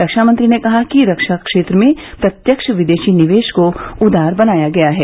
रक्षा मंत्री ने कहा कि रक्षा क्षेत्र में प्रत्यक्ष विदेशी निवेश को उदार बनाया गया है